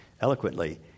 eloquently